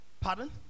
pardon